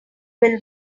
will